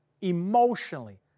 emotionally